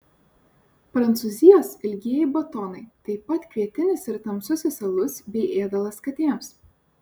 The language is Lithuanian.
prancūzijos ilgieji batonai taip pat kvietinis ir tamsusis alus bei ėdalas katėms